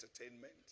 entertainment